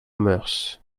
moeurs